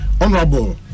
Honorable